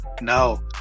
no